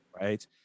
right